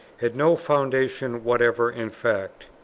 had no foundation whatever in fact.